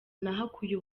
nahakuye